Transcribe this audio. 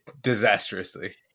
disastrously